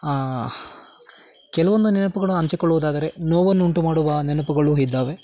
ಕೆಲವೊಂದು ನೆನಪುಗಳು ಹಂಚಿಕೊಳ್ಳುವುದಾದರೆ ನೋವನ್ನುಂಟು ಮಾಡುವ ನೆನಪುಗಳು ಇದ್ದಾವೆ